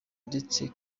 ndetse